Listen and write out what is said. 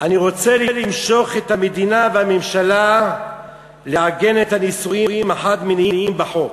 "אני רוצה למשוך את המדינה והממשלה לעגן את הנישואים החד-מיניים בחוק".